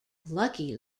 lucky